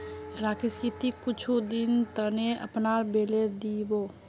राकेश की ती कुछू दिनेर त न अपनार बेलर दी बो